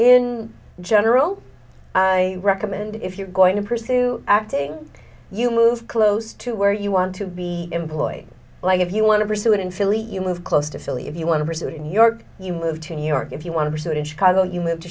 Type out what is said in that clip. in general i recommend if you're going to pursue acting you move close to where you want to be employed like if you want to pursue it in philly you move close to philly if you want to pursue it in new york you move to new york if you want to pursue it in chicago you move to